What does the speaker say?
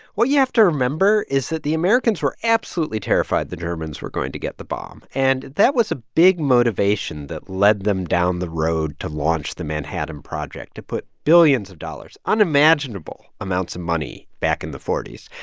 what you have to remember is that the americans were absolutely terrified the germans were going to get the bomb. and that was a big motivation that led them down the road to launch the manhattan project, to put billions of dollars, unimaginable amounts of money back in the forty s,